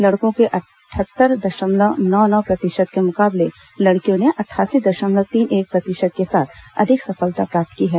लड़कों के अटहत्तर दशमलव निन्यानवे प्रतिशत के मुकाबले लड़कियों ने अठासी दशमलव तीन एक प्रतिशत के साथ अधिक सफलता प्राप्त की है